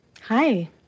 Hi